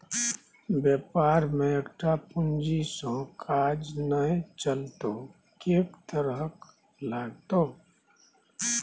बेपार मे एकटा पूंजी सँ काज नै चलतौ कैक तरहक लागतौ